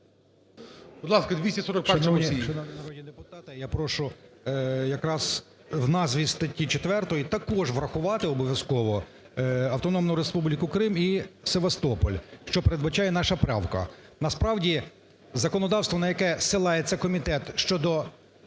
Будь ласка, 241-а, Мусій.